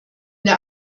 der